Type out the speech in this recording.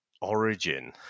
origin